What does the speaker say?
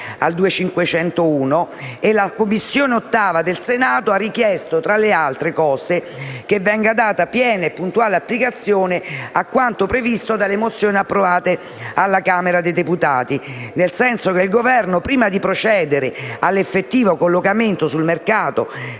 n. 251. La 8ª Commissione permanente del Senato ha richiesto, tra le altre cose, che venga data piena e puntuale applicazione a quanto previsto dalle mozioni approvate alla Camera dei deputati, nel senso che il Governo, prima di procedere all'effettivo collocamento sul mercato